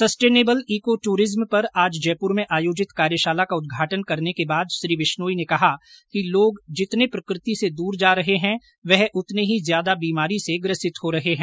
sustainable eco tourism पर आज जयपुर में आयोजित कार्यशाला का उदघाटन करने के बाद श्री विश्नोई ने कहा कि लोग जितने प्रकृति से दूर जा रहे हैं वह उतने ही ज्यादा बीमारी से ग्रसित हो रहे हैं